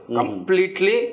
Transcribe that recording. completely